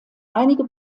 einige